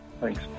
Thanks